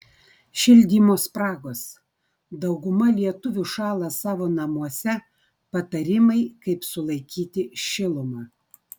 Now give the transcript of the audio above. šildymo spragos dauguma lietuvių šąla savo namuose patarimai kaip sulaikyti šilumą